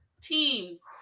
teams